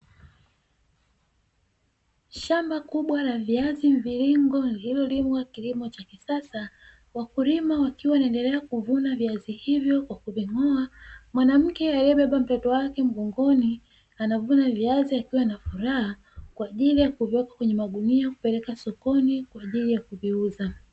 Shamba kubwa la viazi mviringo lililolimwa kilimo cha kisasa, wakulima wakiwa wanaendelea kuvuna viazi hivyo kwa kuving'oa, mwanamke aliyebeba mtoto wake mgongoni, anavuna viazi akiwa na furaha, kwa ajili ya kuviweka kwenye magunia na kupeleka sokoni kwa ajili ya kuviuza.